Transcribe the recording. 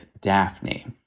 Daphne